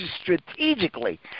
strategically